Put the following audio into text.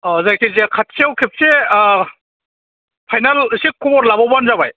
अ जायखि जाया खाथियाव खेबसे फाइनाल एसे खबर लाबावबानो जाबाय